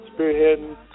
spearheading